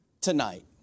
tonight